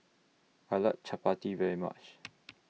I like Chapati very much